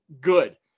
good